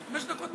חמש דקות.